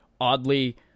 oddly